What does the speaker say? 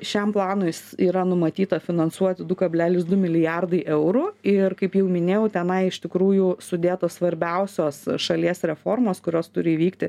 šiam planui yra numatyta finansuoti du kablelis du milijardai eurų ir kaip jau minėjau tenai iš tikrųjų sudėtos svarbiausios šalies reformos kurios turi įvykti